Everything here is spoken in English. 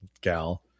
gal